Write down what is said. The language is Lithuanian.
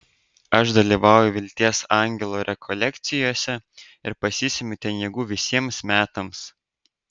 aš dalyvauju vilties angelo rekolekcijose ir pasisemiu ten jėgų visiems metams